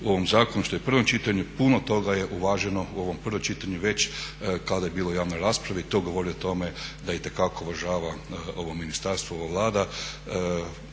u ovom zakonu što je u prvom čitanju puno toga je uvaženo u ovom prvom čitanju već kada je bilo u javnoj raspravi. To govori o tome da itekako uvažava ovo ministarstvo, ova Vlada